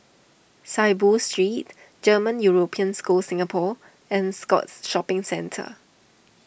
Saiboo Street German European School Singapore and Scotts Shopping Centre